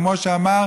כמו שנאמר: